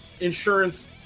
insurance